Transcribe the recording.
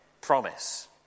promise